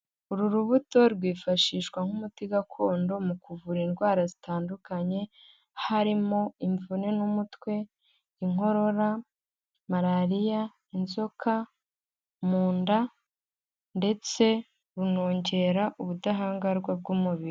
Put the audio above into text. Uru rubuto rwifashishwa nk'umuti gakondo mu kuvura indwara zitandukanye, harimo imvune n'umutwe, inkorora, malariya, inzoka, mu nda ndetse runongera ubudahangarwa bw'umubiri.